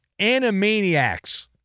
Animaniacs